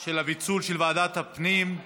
של ועדת הפנים לפיצול.